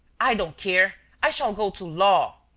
i don't care, i shall go to law!